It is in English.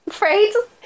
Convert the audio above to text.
Right